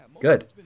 good